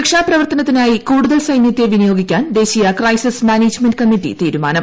രക്ഷാ പ്രവർത്തനത്തിനായി കൂടുതൽ സൈനൃത്തെ വിനിയോഗിക്കാൻ ദേശീയ ക്രൈസിസ് മാനേജ്മെന്റ് കമ്മിറ്റി തീരുമാനം